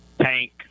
tank